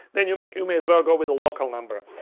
then you may you may as well go with a local number.